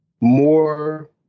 More